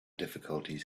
difficulties